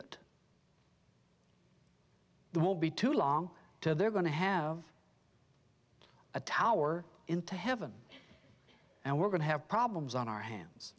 they won't be too long to they're going to have a tower into heaven and we're going to have problems on our hands